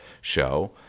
show